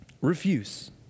refuse